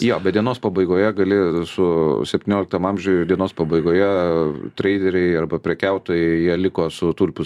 jo bet dienos pabaigoje gali su septynioliktam amžiuj dienos pabaigoje treileriai arba prekiautojai jie liko su tulpių